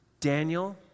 Daniel